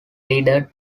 leader